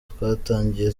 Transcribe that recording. twatangiye